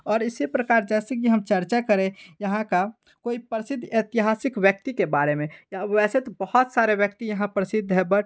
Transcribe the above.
और इसी प्रकार जैसे कि हम चर्चा करें यहाँ का कोई प्रसिद्ध ऐतिहासिक व्यक्ति के बारे में या वैसे तो बहुत सारे व्यक्ति यहाँ प्रसिद्ध हैं बट